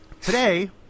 Today